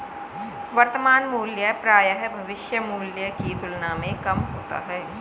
वर्तमान मूल्य प्रायः भविष्य मूल्य की तुलना में कम होता है